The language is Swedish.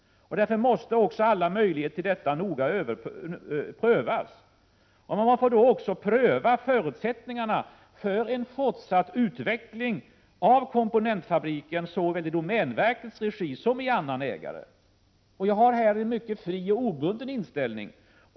Därför måste också alla möjligheter till detta noga prövas. Och man får då också pröva förutsättningarna för en fortsatt utveckling av komponentfabriken såväl i domänverkets som i annan ägares regi. Jag har här en mycket fri och obunden inställning.